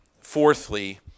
fourthly